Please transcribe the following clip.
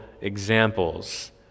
examples